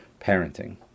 parenting